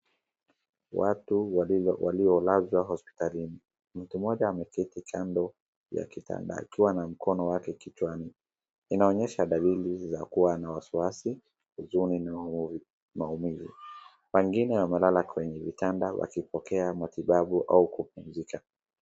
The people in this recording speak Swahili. Watu waliolazwa hospitalini. Mtu mmoja ameketi kando ya kitanda akiwa na mkono wake kichwani. Inaonyesha dalili za kuwa na wasiwasi, huzuni na maumivu. Wengine wamelala kwenye vitanda wakipokea matibabu au kupumzika.